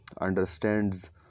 understands